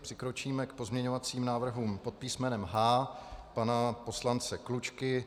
Přikročíme k pozměňovacím návrhům pod písmenem H pana poslance Klučky.